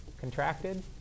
Contracted